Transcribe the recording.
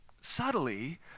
subtly